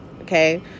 okay